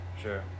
sure